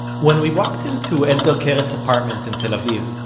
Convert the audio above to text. when we walked into etgar keret's apartment in tel aviv,